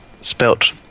spelt